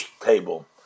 table